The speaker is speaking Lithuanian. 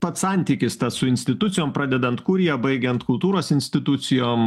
pats santykis su institucijom pradedant kurija baigiant kultūros institucijom